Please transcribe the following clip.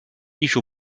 艺术